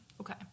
okay